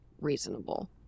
reasonable